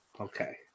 Okay